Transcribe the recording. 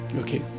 Okay